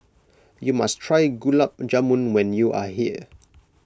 you must try Gulab Jamun when you are here